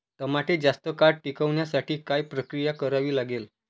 टमाटे जास्त काळ टिकवण्यासाठी काय प्रक्रिया करावी लागेल?